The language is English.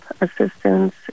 assistance